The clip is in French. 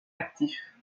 actifs